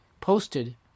posted